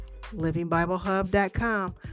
livingbiblehub.com